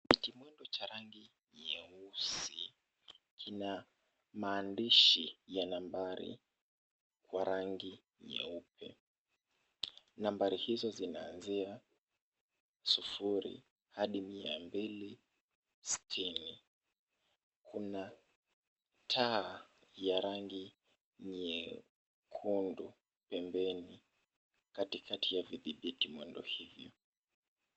Kidhibitimwendo cha rangi nyeusi kina maandishi ya nambari wa rangi nyeupe. Nambari hizo zinaanzia sufuri hadi mia mbili sitini. Kuna taa ya rangi nyekundu pembeni katikati ya vidhibitimwendo hivyo.